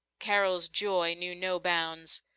carol's joy knew no bounds.